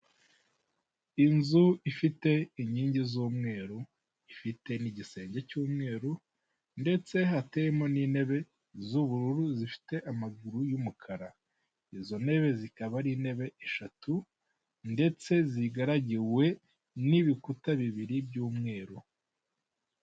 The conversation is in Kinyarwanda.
Inzu ifite inkingi z'umweru, ifite n'igisenge cy'umweru, ndetse hateyemo n'intebe z'ubururu, zifite amaguru y'umukara. Izo ntebe zikaba ari intebe eshatu, ndetse zigaragiwe n'ibikuta bibiri by'umweru.